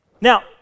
Now